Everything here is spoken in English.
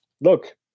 look